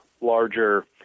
larger